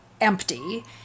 empty